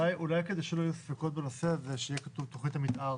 אולי כדי שלא יהיו ספקות בנושא הזה שיהיה כתוב תכנית המתאר?